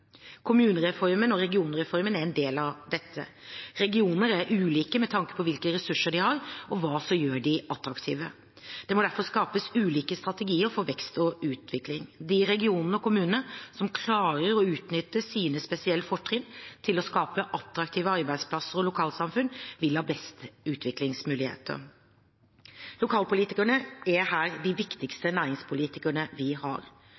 Kommunereformen og regionreformen er en del av dette. Regioner er ulike med tanke på hvilke ressurser de har, og hva som gjør dem attraktive. Det må derfor skapes ulike strategier for vekst og utvikling. De regionene og kommunene som klarer å utnytte sine spesielle fortrinn til å skape attraktive arbeidsplasser og lokalsamfunn, vil ha best utviklingsmuligheter. Lokalpolitikerne er her de viktigste næringspolitikerne vi har.